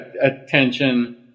attention